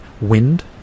wind